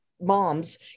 moms